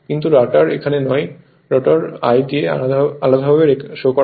কিন্তু রটার এখানে নয় রোটার I দিয়ে আলাদাভাবে শো করা হয়